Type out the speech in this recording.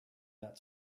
that